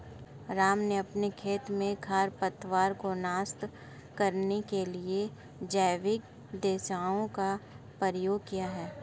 राम ने अपने खेत में खरपतवार को नष्ट करने के लिए जैविक दवाइयों का प्रयोग किया